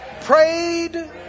prayed